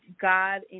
God